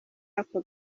ako